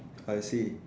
I see